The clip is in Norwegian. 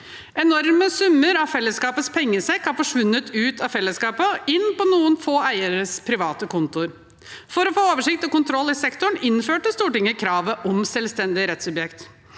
Enorme summer fra fellesskapets pengesekk har forsvunnet ut av fellesskapet og inn på noen få eieres private kontoer. For å få oversikt og kontroll i sektoren innførte Stortinget kravet om selvstendig rettssubjekt,